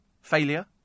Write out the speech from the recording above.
Failure